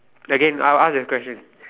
again I will ask that question